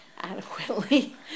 adequately